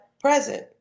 present